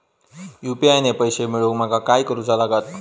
UPI ने पैशे मिळवूक माका काय करूचा लागात?